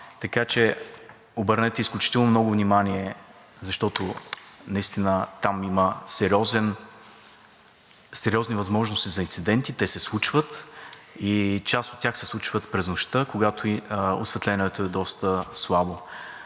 така че обърнете изключително много внимание, защото наистина там има сериозни възможности за инциденти. Те се случват и част от тях се случват през нощта, когато осветлението е доста слабо.